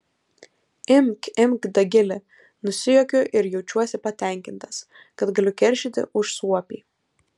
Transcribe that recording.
imk imk dagili nusijuokiu ir jaučiuosi patenkintas kad galiu keršyti už suopį